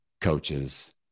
coaches